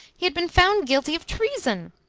he had been found guilty of treason!